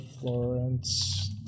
Florence